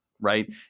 right